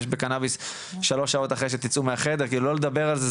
בקנאביס שלוש שעות אחרי שתצאו מהחדר כאילו לא לדבר על זה,